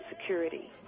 security